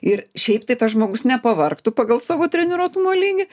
ir šiaip tai tas žmogus nepavargtų pagal savo treniruotumo lygį